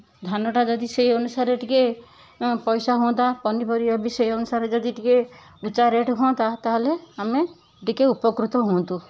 ଧାନ ଟା ଯଦି ସେଇ ଅନୁସାରେ ଟିକେ ପଇସା ହୁଆନ୍ତା ପନିପରିବା ବି ସେଇ ଅନୁସାରେ ଯଦି ଟିକେ ଉଚ୍ଚା ରେଟ ହୁଅନ୍ତା ତାହେଲେ ଆମେ ଟିକେ ଉପକୃତ ହୁଅନ୍ତୁ